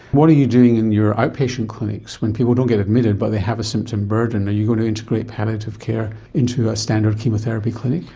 what are you doing in your outpatient clinics when people don't get admitted but they have a symptom burden? are you going to integrate palliative care into a standard chemotherapy clinic?